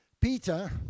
Peter